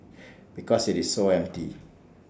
because IT is so empty